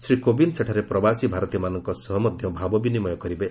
ଶ୍ରୀ କୋବିନ୍ଦ ସେଠାରେ ପ୍ରବାସୀ ଭାରତୀୟମାନଙ୍କ ସହ ମଧ୍ୟ ଭାବ ବିନିମୟ କରିବେ